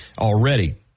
already